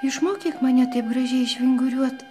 išmokyk mane taip gražiai išvinguriuot